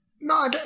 No